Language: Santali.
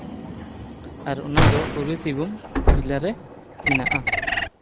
ᱟᱨ ᱚᱱᱟ ᱫᱚ ᱯᱩᱨᱵᱚ ᱥᱤᱝᱵᱷᱩᱢ ᱡᱮᱞᱟ ᱨᱮ ᱢᱮᱱᱟᱜᱼᱟ